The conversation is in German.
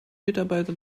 mitarbeiter